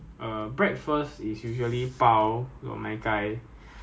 err yam cake !wah! their yam cake ah I tell you